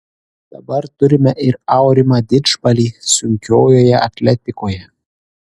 dabar turime ir aurimą didžbalį sunkiojoje atletikoje